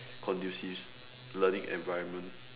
conducive learning environment